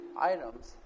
items